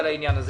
בבקשה.